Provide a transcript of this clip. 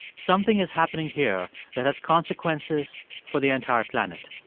something is happening here that has consequences for the entire planet.